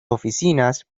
oficinas